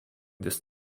this